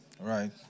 Right